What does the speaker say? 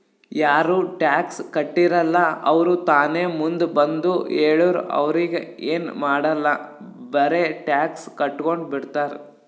ಯಾರು ಟ್ಯಾಕ್ಸ್ ಕಟ್ಟಿರಲ್ಲ ಅವ್ರು ತಾನೇ ಮುಂದ್ ಬಂದು ಹೇಳುರ್ ಅವ್ರಿಗ ಎನ್ ಮಾಡಾಲ್ ಬರೆ ಟ್ಯಾಕ್ಸ್ ಕಟ್ಗೊಂಡು ಬಿಡ್ತಾರ್